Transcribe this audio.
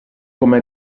come